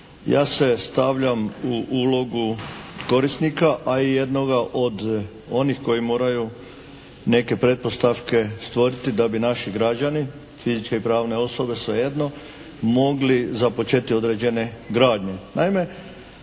ja se stavljam u ulogu korisnika, a i jednoga od onih koji moraju neke pretpostavke stvoriti da bi naši građani, fizičke i pravne osobe, svejedno mogli započeti određene gradnje.